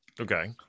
Okay